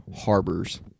harbors